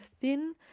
thin